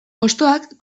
hostoak